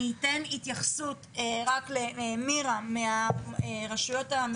אני אתן התייחסות רק למירה מהרשויות.